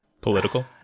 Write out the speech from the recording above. Political